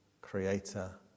Creator